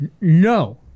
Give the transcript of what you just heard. No